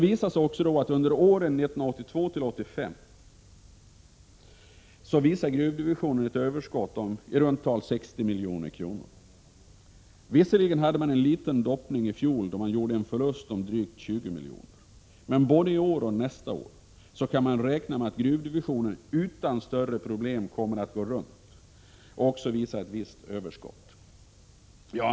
Under åren 1982 1985 visade gruvdivisionen ett överskott om 60 milj.kr. I fjol förekom visserligen en liten doppning då man gjorde en förlust om drygt 20 miljoner, men både i år och nästa år kan man räkna med att gruvdivisionen utan större problem kommer att gå runt och också visa ett visst överskott.